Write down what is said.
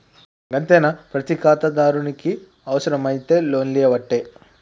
గంతేనా, ప్రతి ఖాతాదారునికి అవుసరమైతే లోన్లియ్యవట్టే